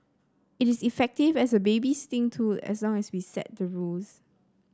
it is effective as a babysitting tool as long as we set the rules